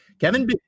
Kevin